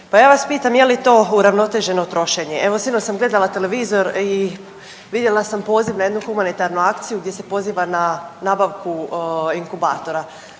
Pa ja vas pitam je li to uravnoteženo trošenje? Evo sinoć sam gledala televizor i vidjela sam poziv na jednu Humanitarnu akciju gdje se poziva na nabavku inkubatora.